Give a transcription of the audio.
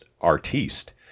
artiste